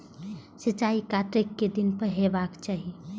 सिंचाई कतेक दिन पर हेबाक चाही?